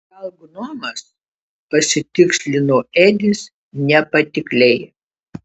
gal gnomas pasitikslino edis nepatikliai